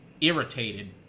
irritated